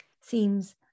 Seems